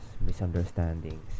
misunderstandings